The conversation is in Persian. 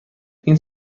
این